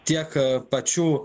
tiek pačių